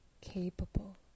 capable